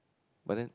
but then